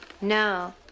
No